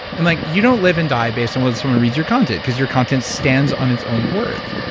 and like you don't live and die based on whether someone reads your content because your content stands on its own worth.